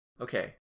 Okay